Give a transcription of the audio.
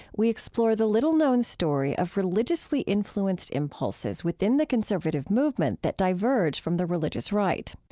we explore the little-known story of religiously influenced impulses within the conservative movement that diverge from the religious right.